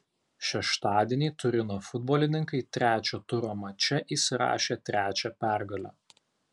šeštadienį turino futbolininkai trečio turo mače įsirašė trečią pergalę